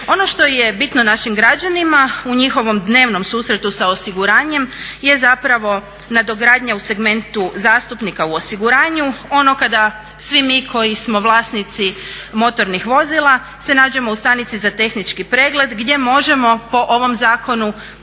Ono što je bitno našim građanima u njihovom dnevnom susretu sa osiguranjem je zapravo nadogradnja u segmentu zastupnika u osiguranju, ono kada svi mi koji smo vlasnici motornih vozila se nađemo u stanici za tehnički pregled gdje možemo po ovom zakonu